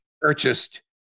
purchased